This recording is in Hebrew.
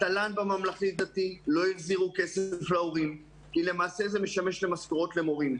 התל"ן בממלכתי דתי לא החזירו כסף להורים כי זה משמש למשכורות למורים.